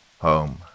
Home